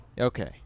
Okay